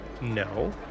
No